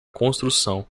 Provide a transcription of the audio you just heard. construção